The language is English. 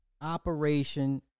operation